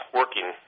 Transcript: working